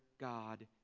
God